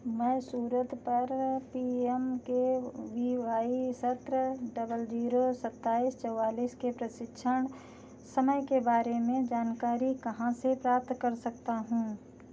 मैं सूरत पर P M K V Y सत्रह डबल जीरो सत्ताईस चौवालीस के प्रशिक्षण समय के बारे में जानकारी कहां से प्राप्त कर सकता हूं